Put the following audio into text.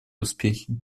успехи